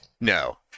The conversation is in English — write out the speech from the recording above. No